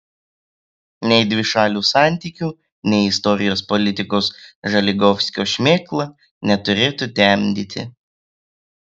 nei dvišalių santykių nei istorijos politikos želigovskio šmėkla neturėtų temdyti